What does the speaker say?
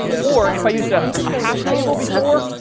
or if i used a ah hash table before,